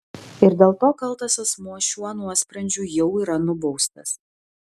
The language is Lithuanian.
ir dėl to kaltas asmuo šiuo nuosprendžiu jau yra nubaustas